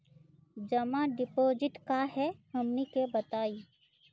जमा डिपोजिट का हे हमनी के बताई?